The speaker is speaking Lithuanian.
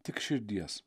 tik širdies